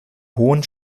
hohen